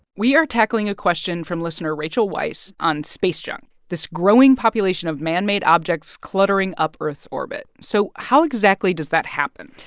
we are tackling a question from listener rachel weiss on space junk, this growing population of man-made objects cluttering up earth's orbit. so how exactly does that happen?